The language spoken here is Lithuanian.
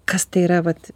kas tai yra vat